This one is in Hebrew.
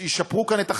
יורידו את המחירים בסופר,